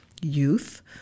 youth